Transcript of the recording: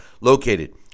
located